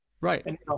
Right